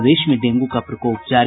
प्रदेश में डेंगू का प्रकोप जारी